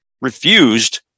refused